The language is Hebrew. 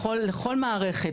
לכל מערכת,